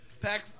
Pack